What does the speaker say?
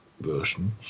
version